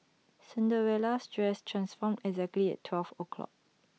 Cinderella's dress transformed exactly at twelve o'clock